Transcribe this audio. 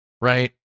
right